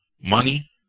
Money